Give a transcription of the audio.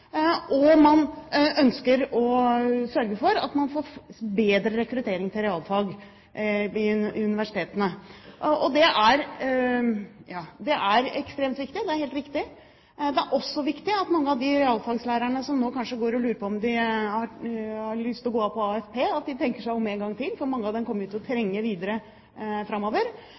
Man ønsker å sørge for at man får bedre rekruttering til realfag ved universitetene. Dette er ekstremt viktig, det er helt riktig. Det er også viktig at mange av de realfagslærere som nå kanskje går og lurer på om de har lyst til å gå av med AFP, tenker seg om en gang til. Mange av dem kommer vi til å trenge videre framover.